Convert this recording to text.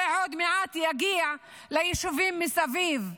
זה עוד מעט יגיע ליישובים מסביב,